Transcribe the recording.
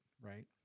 right